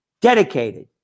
dedicated